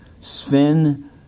Sven